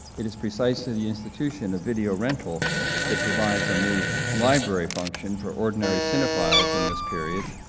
it is precisely the institution, the video-rental, that provides a new library function for ordinary cinephiles in this period,